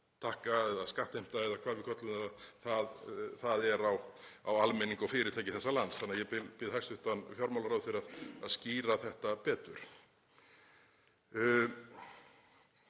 gjaldtaka eða skattheimta, eða hvað við köllum það, það er á almenning og fyrirtæki þessa lands þannig að ég bið hæstv. fjármálaráðherra að skýra þetta betur.